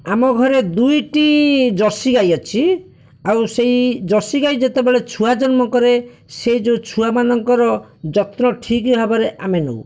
ଆମ ଘରେ ଦୁଇଟି ଜର୍ଷି ଗାଈ ଅଛି ଆଉ ସେହି ଜର୍ଷି ଗାଈ ଯେତେବେଳେ ଛୁଆ ଜନ୍ମ କରେ ସେହି ଯେଉଁ ଛୁଆମାନଙ୍କର ଯତ୍ନ ଠିକ୍ ଭାବରେ ଆମେ ନେଉ